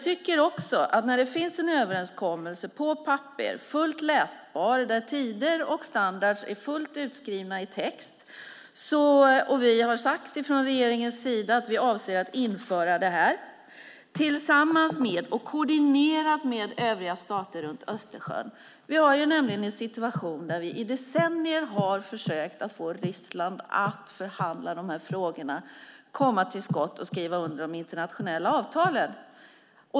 Det finns en överenskommelse på papper, fullt läsbar, där tider och standarder är fullt utskrivna i text. Vi avser från regeringens sida att införa detta tillsammans med och koordinerat med övriga stater runt Östersjön. Vi har nämligen en situation där vi i decennier har försökt få Ryssland att förhandla i dessa frågor, komma till skott och skriva under de internationella avtalen.